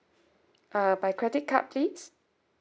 uh by credit card please